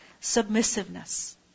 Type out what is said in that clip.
submissiveness